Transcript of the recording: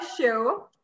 show